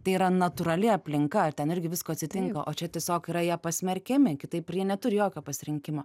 tai yra natūrali aplinka ten irgi visko atsitinka o čia tiesiog yra jie pasmerkiami kitaip ir jie neturi jokio pasirinkimo